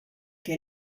que